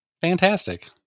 fantastic